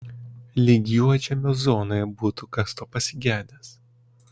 lyg juodžemio zonoje būtų kas to pasigedęs